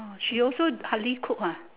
!wah! she also I think cook ah